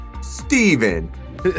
Steven